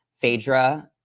Phaedra